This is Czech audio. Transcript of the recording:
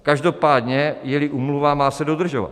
Každopádně jeli úmluva, má se dodržovat.